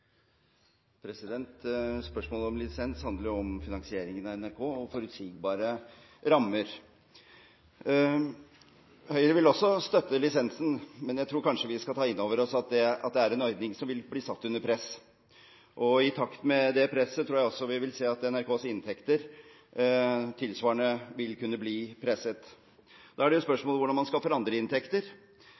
Spørsmålet om lisens handler om finansieringen av NRK og forutsigbare rammer. Høyre vil også støtte lisensen, men jeg tror vi skal ta inn over oss at det er en ordning som vil bli satt under press. I takt med det presset tror jeg også vi vil se at NRKs inntekter vil kunne bli tilsvarende presset, og da er spørsmålet hvordan man skal få andre inntekter.